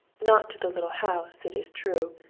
not to the little house, it is true,